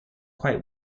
quite